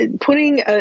Putting